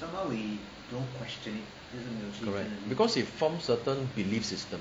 correct because it forms certain beliefs system